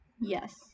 Yes